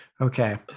Okay